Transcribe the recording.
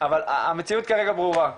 אבל המציאות כרגע ברורה,